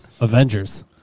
Avengers